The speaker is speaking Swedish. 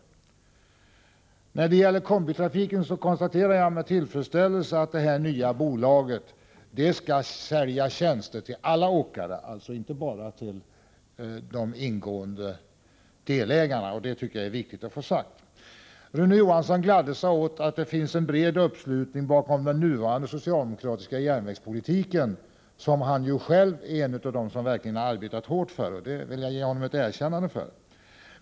När det gäller kombitrafiken konstaterar jag med tillfredsställelse att det nya bolaget skall sälja tjänster till alla åkare, alltså inte bara till de egna delägarna, och det är viktigt att få detta sagt. Rune Johansson gladde sig åt att det finns en bred uppslutning bakom den nuvarande socialdemokratiska järnvägspolitiken. Han är själv en av dem som verkligen har arbetat hårt för denna, och det vill jag ge honom ett erkännande för.